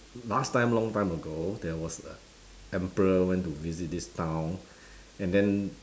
last time long time ago there was a emperor went to visit this town and then